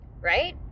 right